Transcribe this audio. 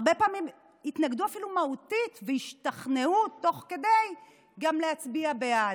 הרבה פעמים התנגדו אפילו מהותית והשתכנעו תוך כדי להצביע בעד.